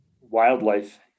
wildlife